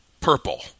Purple